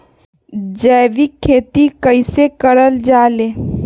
जैविक खेती कई से करल जाले?